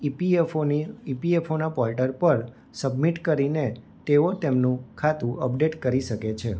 ઈપીએફઓની ઈપીએફઓના પોર્ટલ પર સબમિટ કરીને તેઓ તેમનું ખાતું અપડેટ કરી શકે છે